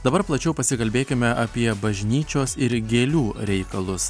dabar plačiau pasikalbėkime apie bažnyčios ir gėlių reikalus